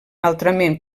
altrament